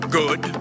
good